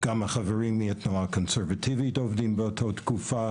גם החברים מהתנועה הקונסרבטיבית עובדים באותה תקופה